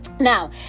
now